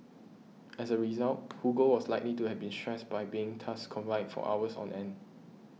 as a result Hugo was likely to have been stressed by being confined for hours on end